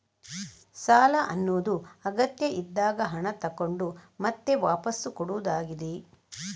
ಸಾಲ ಅನ್ನುದು ಅಗತ್ಯ ಇದ್ದಾಗ ಹಣ ತಗೊಂಡು ಮತ್ತೆ ವಾಪಸ್ಸು ಕೊಡುದಾಗಿದೆ